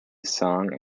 song